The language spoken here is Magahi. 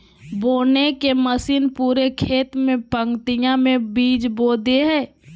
बोने के मशीन पूरे खेत में पंक्ति में बीज बो दे हइ